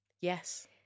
Yes